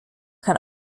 can